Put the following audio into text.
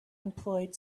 employed